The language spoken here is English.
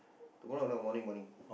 tomorrow I know morning morning